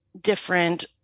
different